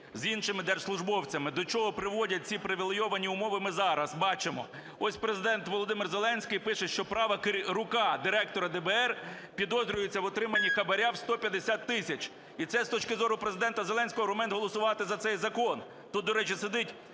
з іншими держслужбовцями. До чого призводять ці привілейовані умови, ми зараз бачимо. Ось Президент Володимир Зеленський пише, що права рука директора ДБР підозрюється в отримання хабара в 150 тисяч. І це, з точки зору Президента Зеленського, аргумент голосувати за цей закон. Тут, до речі, сидить